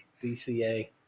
DCA